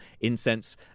incense